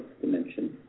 dimension